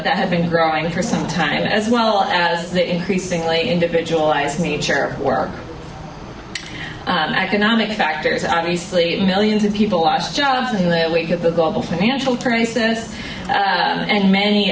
that have been growing for some time as well as the increasingly individualized nature of work economic factors obviously millions of people lost jobs in the wake of the global financial crisis and many